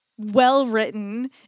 well-written